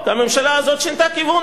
והממשלה הזאת שינתה כיוון.